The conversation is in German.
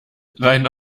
rein